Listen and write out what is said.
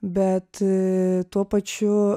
bet tuo pačiu